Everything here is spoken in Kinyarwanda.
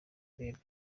bieber